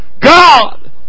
God